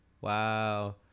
wow